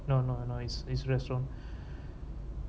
no no no is is restaurant